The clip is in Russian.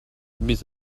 без